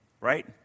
Right